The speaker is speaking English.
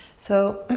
so,